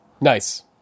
Nice